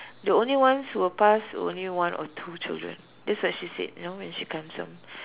the only one's who will pass were only one or two children that's what she said you know when she comes home